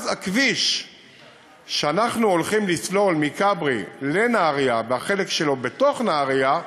ואז הכביש שאנחנו הולכים לסלול מכברי לנהריה והחלק שלו בתוך נהריה,